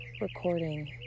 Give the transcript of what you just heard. recording